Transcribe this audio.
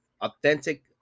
authentic